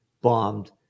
bombed